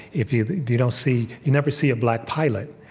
if you you don't see you never see a black pilot,